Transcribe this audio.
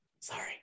Sorry